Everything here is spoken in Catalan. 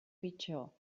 pitjor